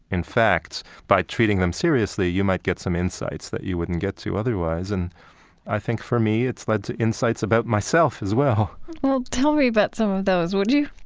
in fact, by treating them seriously, you might get some insights that you wouldn't get to otherwise. and i think, for me, it's led to insights about myself as well well, tell me about some of those, would you?